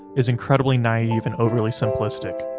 is incredibly naive and overly simplistic.